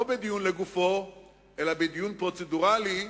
לא בדיון לגופו אלא בדיון פרוצדורלי,